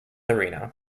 arena